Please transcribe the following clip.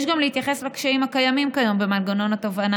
יש להתייחס גם לקשיים הקיימים כיום במנגנון התובענה